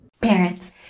Parents